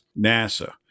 NASA